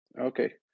Okay